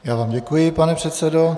Já vám děkuji, pane předsedo.